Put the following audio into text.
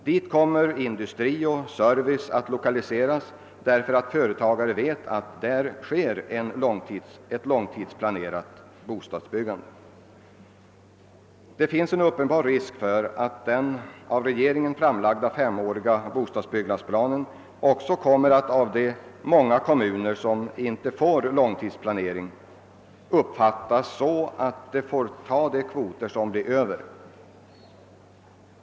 Dit kommer industri och service att lokaliseras, därför att företagare vet att där sker ett långtidsplanerat bostadsbyggande. Det finns en uppenbar risk för att den av regeringen framlagda femåriga bostadsbyggnadsplanen också kommer att av de många kommuner, som inte får någon långtidsplanering, uppfattas så att de får ta de kvoter som blir över.